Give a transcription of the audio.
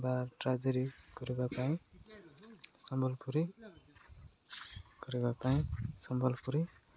ବା ଟ୍ରାଜେରୀ କରିବା ପାଇଁ ସମ୍ବଲପୁରୀ କରିବା ପାଇଁ ସମ୍ବଲପୁରୀ